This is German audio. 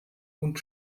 und